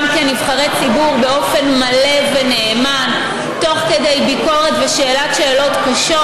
כנבחרי ציבור באופן מלא ונאמן תוך כדי ביקורת ושאלת שאלות קשות,